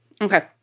Okay